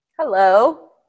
Hello